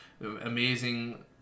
amazing